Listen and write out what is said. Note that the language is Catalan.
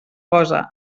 cosa